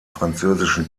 französischen